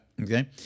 Okay